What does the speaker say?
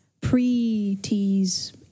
pre-tease